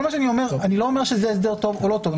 אני לא אומר שזה הסדר טוב או לא טוב.